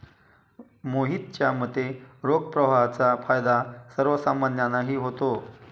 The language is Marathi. मोहितच्या मते, रोख प्रवाहाचा फायदा सर्वसामान्यांनाही होतो